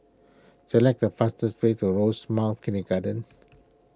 select the fastest way to Rosemount Kindergarten